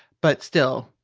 but still,